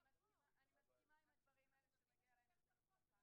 אני מסכימה עם הדברים האלה שמגיע להם יותר שכר.